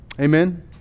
Amen